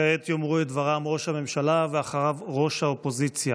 כעת יאמרו את דבריהם ראש הממשלה ואחריו ראש האופוזיציה.